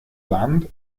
land